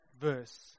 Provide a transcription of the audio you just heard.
verse